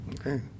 okay